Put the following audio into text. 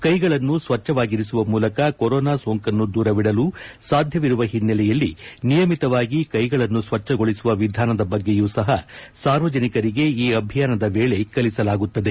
ಕೈಗಳನ್ನು ಸ್ವಚ್ಛವಾಗಿರಿಸುವ ಮೂಲಕ ಕೊರೋನಾ ಸೋಂಕನ್ನು ದೂರವಿಡಲು ಸಾಧ್ಯವಿರುವ ಹಿನ್ನೆಲೆಯಲ್ಲಿ ನಿಯಮಿತವಾಗಿ ಕೈಗಳನ್ನು ಸ್ವಚ್ನಗೊಳಿಸುವ ವಿಧಾನದ ಬಗ್ಗೆಯೂ ಸಹ ಸಾರ್ವಜನಿಕರಿಗೆ ಈ ಅಭಿಯಾನದ ವೇಳೆ ಕಲಿಸಲಾಗುತ್ತದೆ